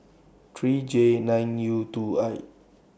three J nine U two I